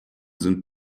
sind